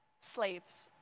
slaves